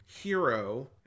hero